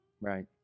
Right